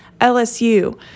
LSU